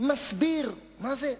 מסביר מה זה,